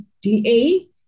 DA